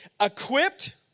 equipped